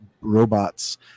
robots